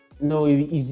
No